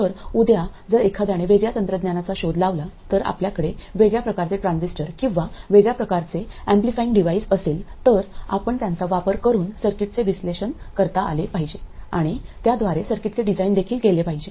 तर उद्या जर एखाद्याने वेगळ्या तंत्रज्ञानाचा शोध लावला तर आपल्याकडे वेगळ्या प्रकारचे ट्रान्झिस्टर किंवा वेगळ्या प्रकारचे एम्प्लिफिंग डिव्हाइस असेल तर आपण त्यांचा वापर करून सर्किट्सचे विश्लेषण करता आले पाहिजे आणि त्याद्वारे सर्किटचे डिझाइन देखील केले पाहिजे